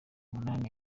munani